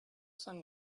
sun